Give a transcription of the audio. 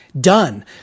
done